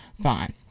fine